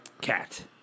cat